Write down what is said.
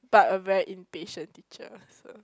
but a very impatient teacher so